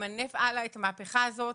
למנף הלאה את המהפכה הזאת.